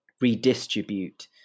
redistribute